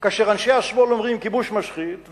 כאשר אנשי השמאל אומרים: כיבוש משחית,